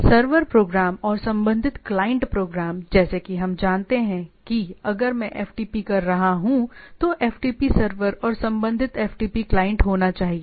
server program और संबंधित client program जैसे कि हम जानते हैं कि अगर मैं FTP कर रहा हूं तो FTP सर्वर और संबंधित FTP क्लाइंट होना चाहिए